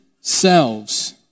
selves